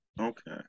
okay